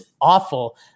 awful